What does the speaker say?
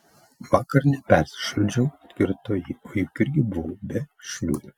vakar nepersišaldžiau atkirto ji o juk irgi buvau be šliurių